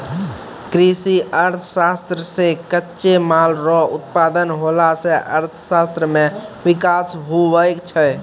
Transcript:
कृषि अर्थशास्त्र से कच्चे माल रो उत्पादन होला से अर्थशास्त्र मे विकास हुवै छै